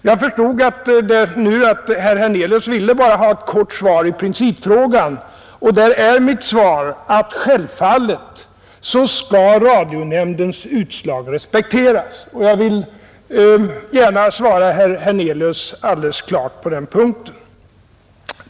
Jag förstod nu att herr Hernelius bara ville ha ett kort svar i principfrågan, och här är mitt svar: Självfallet skall radionämndens utslag respekteras! Jag vill gärna svara herr Hernelius alldeles klart på den punkten.